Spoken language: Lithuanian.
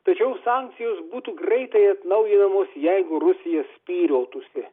tačiau sankcijos būtų greitai atnaujinamos jeigu rusija spyriotųsi